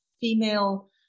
female